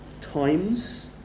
times